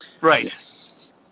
Right